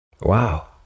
Wow